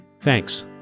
Thanks